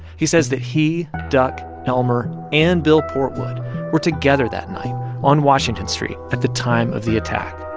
he says that he, duck, elmer and bill portwood were together that night on washington street at the time of the attack.